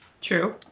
True